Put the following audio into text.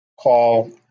call